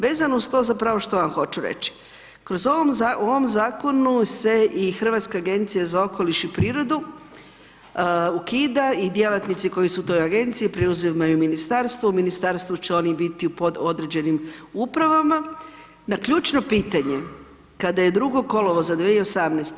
Vezano uz to zapravo što ja hoću reći, kroz ovom zakonu, u ovom zakonu se i Hrvatska agencija za okoliš i prirodu ukida i djelatnici koji su u toj agenciji preuzimaju u ministarstvo, u ministarstvu će oni biti pod određenim upravama, na ključno pitanje kada je 2. kolovoza 2018.